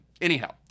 Anyhow